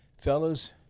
Fellas